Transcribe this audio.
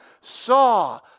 saw